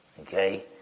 Okay